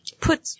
put